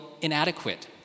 inadequate